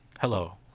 Hello